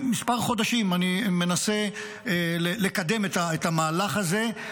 כמה חודשים אני מנסה לקדם את המהלך הזה.